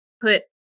put